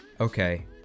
okay